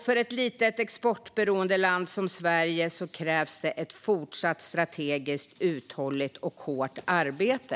För ett litet exportberoende land som Sverige krävs det ett fortsatt strategiskt, uthålligt och hårt arbete.